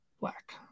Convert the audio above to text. black